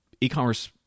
e-commerce